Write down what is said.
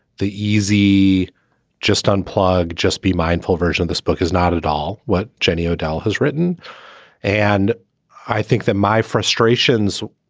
the easy just unplug, just be mindful version. this book is not at all what jenny o'dell has written and i think that my frustrations.